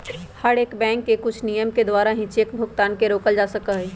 हर एक बैंक के कुछ नियम के द्वारा ही चेक भुगतान के रोकल जा सका हई